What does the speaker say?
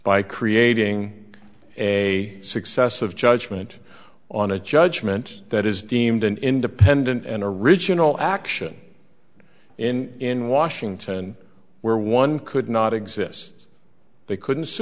by creating a successive judgment on a judgment that is deemed an independent and original action in in washington where one could not exist they couldn't s